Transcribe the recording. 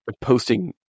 posting